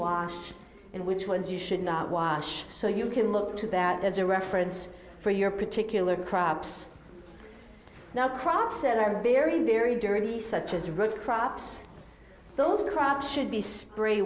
wash and which ones you should not wash so you can look to that as a reference for your particular crops now crops and i'm very very dirty such as road crabs those crabs should be spray